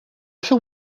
shall